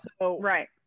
Right